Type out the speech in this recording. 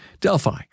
Delphi